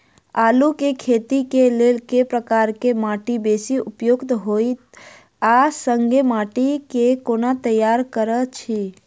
आलु केँ खेती केँ लेल केँ प्रकार केँ माटि बेसी उपयुक्त होइत आ संगे माटि केँ कोना तैयार करऽ छी?